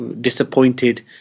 disappointed